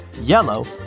Yellow